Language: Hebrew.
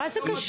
מה זה קשור?